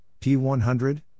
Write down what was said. P100